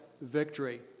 victory